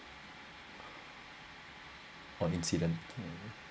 or incident